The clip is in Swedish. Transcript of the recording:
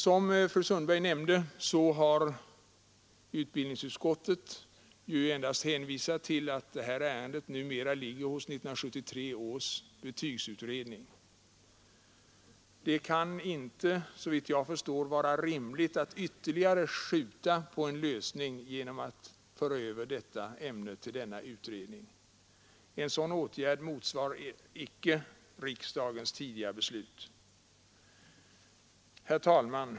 Som fru Sundberg nämnde har utbildningsutskottet endast hänvisat till att detta ärende numera ligger hos 1973 års betygsutredning. Det kan såvitt jag förstår inte vara rimligt att ytterligare uppskjuta en lösning genom att föra över ärendet till denna utredning. En sådan åtgärd motsvarar icke riksdagens tidigare beslut. Herr talman!